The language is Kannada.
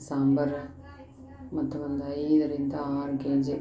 ಸಾಂಬರ ಮತ್ತು ಒಂದು ಐದರಿಂದ ಆರು ಕೆಜಿ